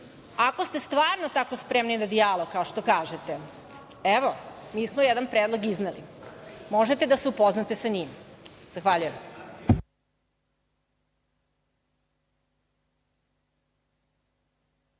Ako ste stvarno tako spremni na dijalog, kao što kažete, evo, mi smo jedan predlog izneli. Možete da se upoznate sa njim. Zahvaljujem.